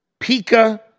Pika